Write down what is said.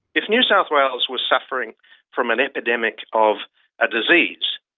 if new south wales were suffering from an epidemic of a disease,